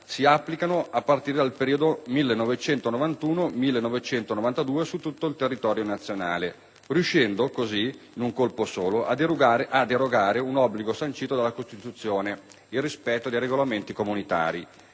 si applicano a partire dal periodo 1991-1992 su tutto il territorio nazionale», riuscendo così, in un colpo solo, a derogare ad un obbligo sancito dalla Costituzione (il rispetto dei regolamenti comunitari)